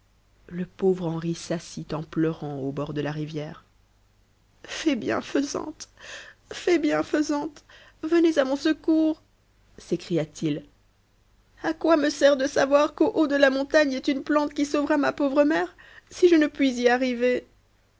le pauvre henri s'assit en pleurant au bord de la rivière fée bienfaisante fée bienfaisante venez à mon secours s'écria-t-il a quoi me sert de savoir qu'au haut de la montagne est une plante qui sauvera ma pauvre maman si je ne puis y arriver